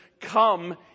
come